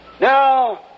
Now